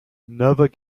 never